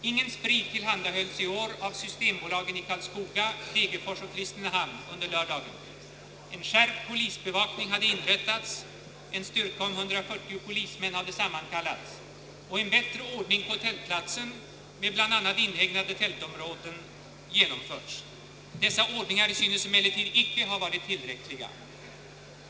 Ingen sprit tillhandahölls i år av systembolagen i Karlskoga, Degerfors och Kristinehamn under lördagen, en skärpt polisbevakning hade inrättats och en bättre ordning på tätplatsen med bl.a. inhägnade tältområden genomförts. Dessa anordningar synes emellertid icke ha varit tillräckliga.